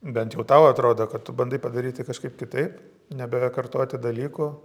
bent jau tau atrodo kad tu bandai padaryti kažkaip kitaip nebekartoti dalykų